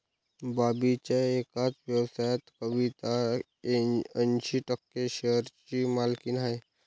बॉबीच्या एकाच व्यवसायात कविता ऐंशी टक्के शेअरची मालकीण आहे